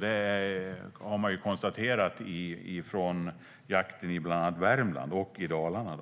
Det har man konstaterat från jakten i bland annat Värmland och Dalarna.